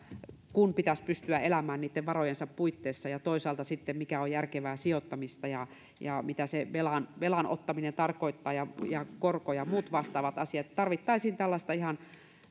kun pitäisi pystyä elämään niitten varojensa puitteissa ja toisaalta sitten mikä on järkevää sijoittamista ja ja mitä se velan velan ottaminen tarkoittaa ja ja korko ja muut vastaavat asiat tarvittaisiin tällaista ihan